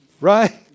Right